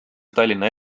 tallinna